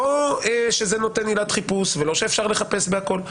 לא שזה נותן עילת חיפוש ולא שאפשר לחפש בכל.